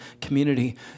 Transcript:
community